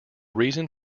reason